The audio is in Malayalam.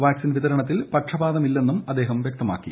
വാക്സിൻ വിതരണത്തിൽ പക്ഷപാതമില്ലെന്നും അദ്ദേഹം വൃക്തമാക്കി